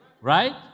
Right